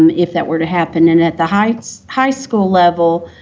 um if that were to happen, and, at the high high school level,